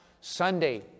Sunday